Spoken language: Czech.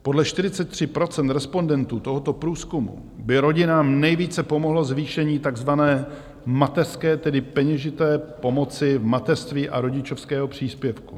Podle 43 % respondentů tohoto průzkumu by rodinám nejvíce pomohlo zvýšení takzvané mateřské, tedy peněžité pomoci v mateřství, a rodičovského příspěvku.